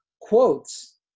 quotes